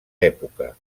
època